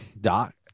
Doc